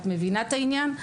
את מבינה את העניין?